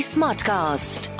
Smartcast